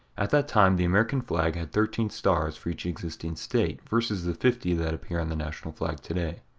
at that time, the american flag had thirteen stars for each existing state versus the fifty that appear on the national flag today.